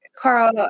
Carl